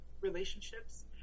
relationships